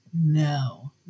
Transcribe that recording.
No